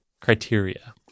Criteria